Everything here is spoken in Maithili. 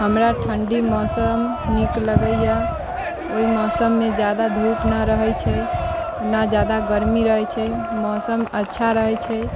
हमरा ठण्डी मौसम नीक लगैए ओहि मौसममे ज्यादा धूप नहि रहै छै नहि ज्यादा गर्मी रहै छै मौसम अच्छा रहै छै